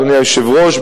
אדוני היושב-ראש,